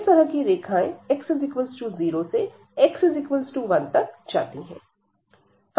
इस तरह की रेखाएं x0 से x1 तक जाती है